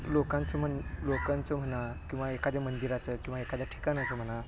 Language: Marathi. लोकांचं म्हन लोकांचं म्हणा किंवा एखाद्या मंदिराचं किंवा एखाद्या ठिकाणाचं म्हणा